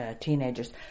teenagers